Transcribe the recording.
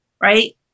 right